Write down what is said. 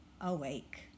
awake